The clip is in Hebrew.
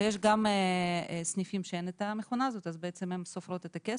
ויש גם סניפים שאין את המכונה הזו אז הן סופרות את הכסף,